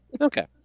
Okay